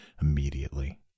immediately